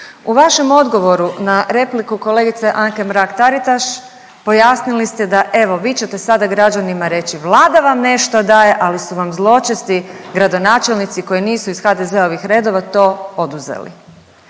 U vašem odgovoru na repliku kolegice Anke Mrak Taritaš pojasnili ste da evo vi ćete sada građanima reći Vlada vam nešto daje, ali su vam zločesti gradonačelnici koji nisu iz HDZ-ovih redova to oduzeli.